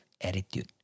attitude